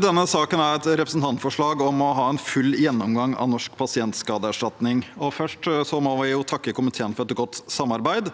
Denne saken er om et representantforslag om å ha en full gjennomgang av Norsk pasientskadeerstatning, NPE. Først må jeg takke komiteen for et godt samarbeid.